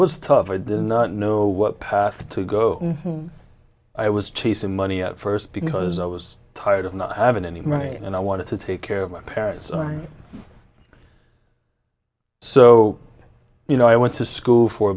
was tough i didn't know what path to go i was chasing money first because i was tired of not having any right and i wanted to take care of my parents so you know i went to school for